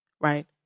right